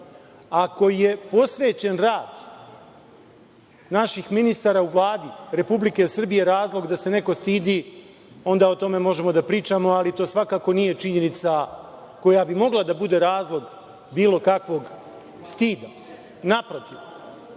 Ako je posvećen rad naših ministara u Vladi Republike Srbije razlog da se neko stidi, onda o tome možemo da pričamo, ali to svakako nije činjenica koja bi mogla da bude razlog bilo kakvog stida, naprotiv. Ono